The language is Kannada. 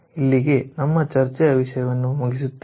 ಇಲ್ಲಿಗೆ ನಮ್ಮ ಚರ್ಚೆಯನ್ನು ವಿಷಯವನ್ನು ಮುಗಿಸುತ್ತೇನೆ